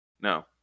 No